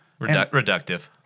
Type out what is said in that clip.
Reductive